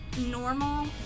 normal